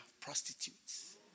prostitutes